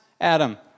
Adam